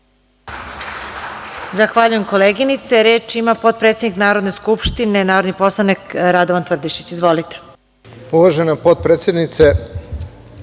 Zahvaljujem, koleginici. Reč ima potpredsednik Narodne skupštine, narodni poslanik Radovan Tvrdišić. Izvolite. **Radovan Tvrdišić**